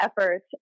efforts